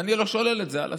אני לא שולל את זה על הסף.